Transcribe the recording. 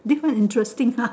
this quite interesting ah